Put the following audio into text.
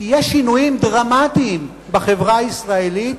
כי יש שינויים דרמטיים בחברה הישראלית,